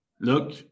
look